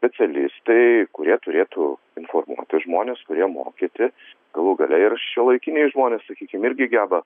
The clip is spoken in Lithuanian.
specialistai kurie turėtų informuoti žmones kurie mokyti galų gale ir šiuolaikiniai žmonės sakykim irgi geba